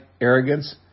arrogance